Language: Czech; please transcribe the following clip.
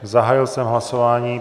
Zahájil jsem hlasování.